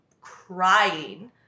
crying